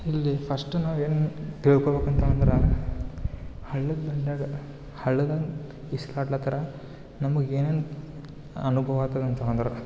ಇಲ್ಲಿ ಫಸ್ಟ್ ನಾವೇನು ತಿಳ್ಕೊಬೇಕಂತಂದ್ರೆ ಹಳ್ಳದ ಬಡ್ಯಾಗ ಹಳ್ಳಗಾಗ್ ಈಜಾಡ್ಲತ್ತರ ನಮ್ಗೆ ಏನೇನು ಅನುಭವ ಅಗ್ತದ ಅಂತಂದ್ರೆ